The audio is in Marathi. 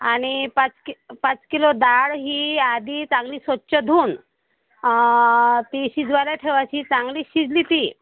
आणि पाच कि पाच किलो डाळ ही आधी चांगली स्वच्छ धुवून ती शिजवायला ठेवायची चांगली शिजली ती